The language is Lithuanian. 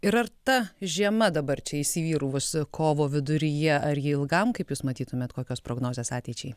ir ar ta žiema dabar čia įsivyravus kovo viduryje ar ji ilgam kaip jūs matytumėt kokios prognozės ateičiai